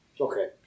okay